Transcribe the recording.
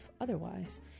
otherwise